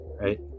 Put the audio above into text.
right